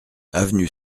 avenue